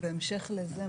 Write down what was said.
בהמשך לזה,